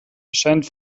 erscheint